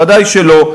ודאי שלא.